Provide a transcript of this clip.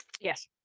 Yes